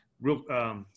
Real